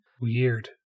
Weird